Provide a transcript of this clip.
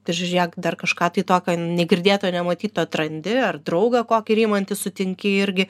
tai žiūrėk dar kažką tai tokio negirdėto nematyto atrandi ar draugą kokį rymantį sutinki irgi